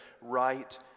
right